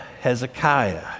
Hezekiah